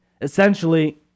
Essentially